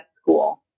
school